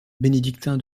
bénédictin